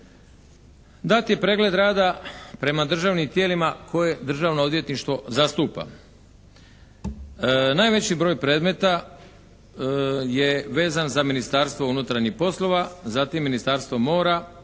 Dat je pregled rada prema državnim tijelima koje Državno odvjetništvo zastupa. Najveći broj predmeta je vezan za Ministarstvo unutarnjih poslova zatim Ministarstvo mora,